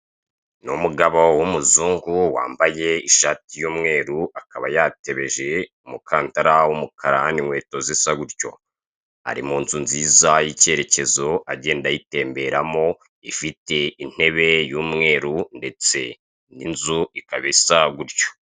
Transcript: Ni umugabo w'umuzungu wambaye ishati y'umweru akaba yatebeje, umukandara w'umukara n'inkweto zisa gutyo. Ari mu nzu nziza y'icyerekezo agenda ayitemberamo, ifite intebe y'umweru ndetse n'inzu ikaba isa gutyo.